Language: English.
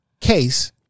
case